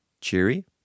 cheery